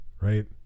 Right